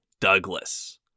Douglas